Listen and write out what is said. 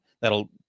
that'll